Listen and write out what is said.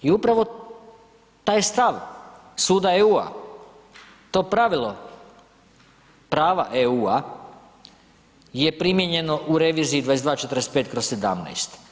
I upravo taj stav suda EU-a, to pravilo, prava EU-a je primijenjeno u reviziji 2245/17.